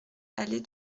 allée